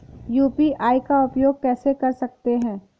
UPI का उपयोग कैसे कर सकते हैं?